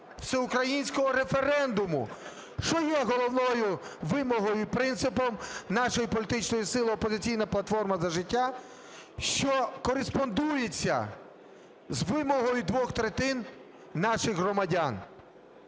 всеукраїнського референдуму, що є головною вимогою і принципом нашої політичної сили "Опозиційна платформа - За життя", що кореспондується з вимогою двох третин наших громадян.